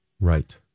Right